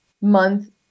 month